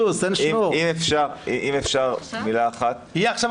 אם אפשר מילה אחת.